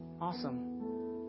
Awesome